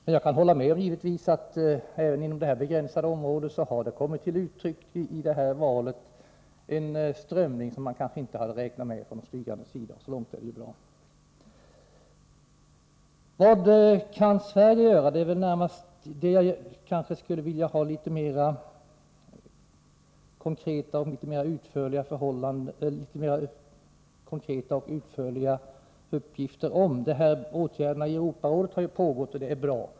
Jag kan givetvis hålla med om att det även inom det här begränsade området i valet har kommit till uttryck en åsiktsströmning som de styrande kanske inte hade räknat med, och det är bra. Vad kan Sverige göra? Jag skulle vilja få litet mer konkreta och utförligare uppgifter om detta. Vi agerar inom Europarådet, och det är bra.